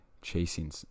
chasing